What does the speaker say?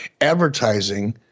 advertising